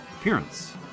appearance